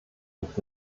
nicht